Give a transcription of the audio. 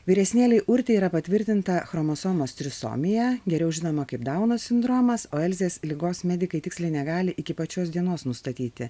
vyresnėlei urtei yra patvirtinta chromosomos trisomiją geriau žinoma kaip dauno sindromas o elzės ligos medikai tiksliai negali iki pat šios dienos nustatyti